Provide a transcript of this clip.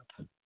up